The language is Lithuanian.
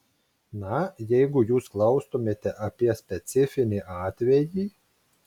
na jeigu jūs klaustumėte apie specifinį atvejį